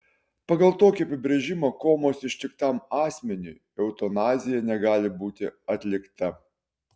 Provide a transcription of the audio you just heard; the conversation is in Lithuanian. pagal tokį apibrėžimą komos ištiktam asmeniui eutanazija negali būti atlikta